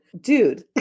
dude